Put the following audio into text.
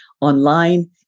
online